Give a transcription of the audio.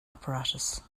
apparatus